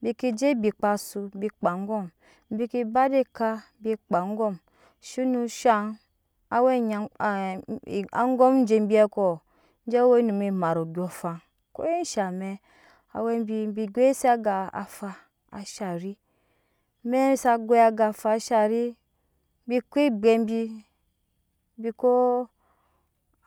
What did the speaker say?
Bi ke je bikpa su bi kpa angon bi ke ba de kaa bi kpa angom she ne shaŋ awɛ nyankpa angom je bi ko je we onum mat ondoɔŋafan koi shaamɛk awe bi b gosie aga afa ashari amɛk sa gaoi aga afa shari biko ebwe bi bi ko